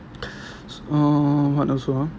oh what also ah